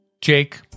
Jake